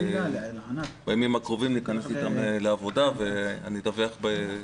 בימים הקרובים ניכנס איתם לעבודה ואני אדווח בהתאם.